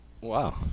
Wow